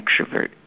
extrovert